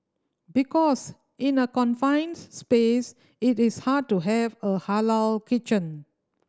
because in a confined space it is hard to have a halal kitchen